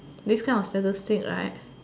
this kind of statistic right